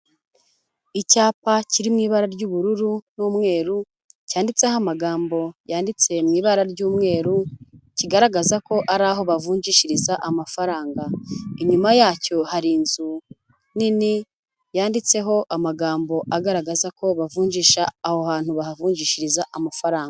Icyapa kiri mu ibara ry'ubururu n'umweru, cyanditseho amagambo yanditse mu ibara ry'umweru, kigaragaza ko ari aho bavungishiriza amafaranga, inyuma yacyo hari inzu nini yanditseho amagambo agaragaza ko bavunjisha, aho hantu bahavungishiriza amafaranga.